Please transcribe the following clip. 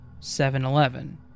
7-Eleven